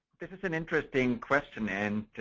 this is an interesting question. and,